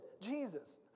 Jesus